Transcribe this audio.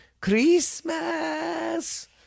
Christmas